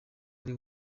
ari